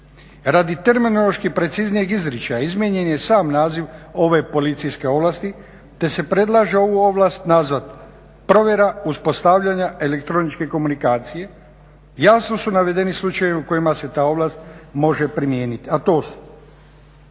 Radi terminološki preciznijeg izričaja izmijenjen je sam naziv ove policijske ovlasti te se predlaže ovu ovlast nazvat provjera uspostavljanja elektroničke komunikacije. Jasno su navedeni slučajevi u kojima se ta ovlast može primijeniti, a to su